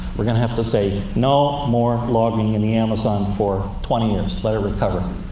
we're going to have to say, no more logging in the amazon for twenty years. let it recover,